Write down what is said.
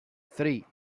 three